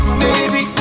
baby